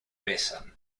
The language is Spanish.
besan